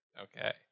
Okay